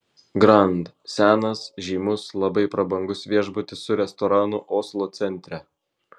grand senas žymus labai prabangus viešbutis su restoranu oslo centre